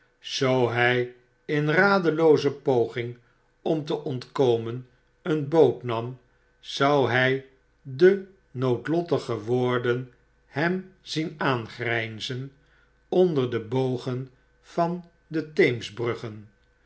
zoo hy inradelooze poging om te ontkomen een boot nam zouhij de noodlottige woorden hem zien aangrynzen onder de bogen van de